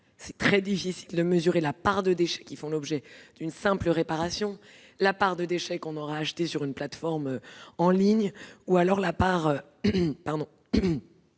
C'est très difficile de mesurer la part de déchets qui font l'objet d'une simple réparation, la part de déchets qui viendraient de produits achetés sur une plateforme en ligne ou la part